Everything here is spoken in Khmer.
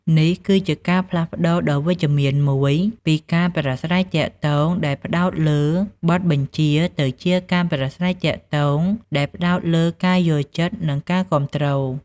នេះគឺជាការផ្លាស់ប្តូរដ៏វិជ្ជមានមួយពី ការប្រាស្រ័យទាក់ទងដែលផ្តោតលើបទបញ្ជាទៅជា ការប្រាស្រ័យទាក់ទងដែលផ្តោតលើការយល់ចិត្ត និងការគាំទ្រ។